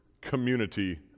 community